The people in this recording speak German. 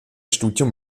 studium